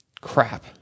crap